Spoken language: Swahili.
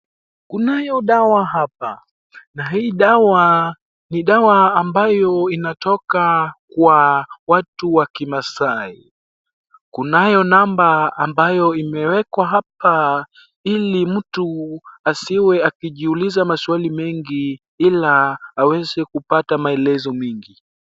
Kunayo dawa hapa. Na hii dawa ni dawa ambayo inatoka kwa watu wa kimasai. Kunayo namba ambayo imewekwa hapa ili mtu asiwe akijiuliza maswali mengi ila aweze kupata maelezo mingi.